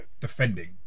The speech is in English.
defending